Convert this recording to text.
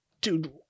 dude